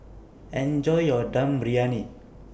Enjoy your Dum Briyani